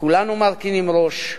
כולנו מרכינים ראש.